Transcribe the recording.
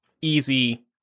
easy